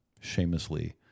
shamelessly